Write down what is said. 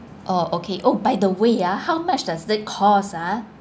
oh okay oh by the way ah how much does it course ah